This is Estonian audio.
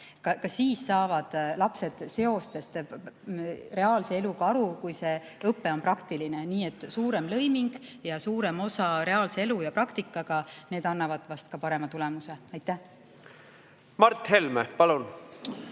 lapsed saavad siis seostest reaalse eluga aru, kui see õpe on praktiline. Nii et suurem lõiming ja suurem [seos] reaalse elu ja praktikaga annavad parema tulemuse. Mart Helme, palun!